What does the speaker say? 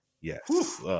Yes